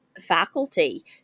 faculty